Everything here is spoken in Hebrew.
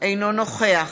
אינו נוכח